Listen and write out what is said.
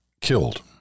killed